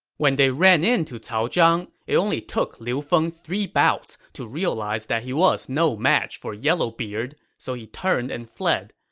when they ran into cao zhang, it only took liu feng three bouts to realize he was no match for yellowbeard, so he turned and fled.